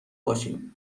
باشی